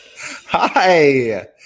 Hi